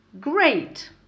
Great